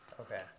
Okay